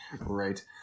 Right